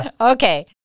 okay